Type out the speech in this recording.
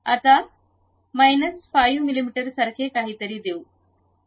आता वजा 5 मिमी सारखे काहीतरी देऊ